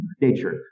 nature